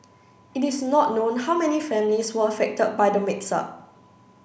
it is not known how many families were affected by the mix up